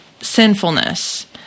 sinfulness